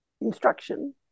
instruction